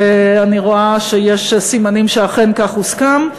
ואני רואה שיש סימנים שאכן כך הוסכם,